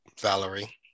Valerie